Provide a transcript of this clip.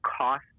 cost